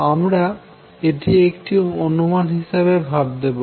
আমরা এটি একটি অনুমান হিসেবে ভাবতে পারি